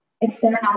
external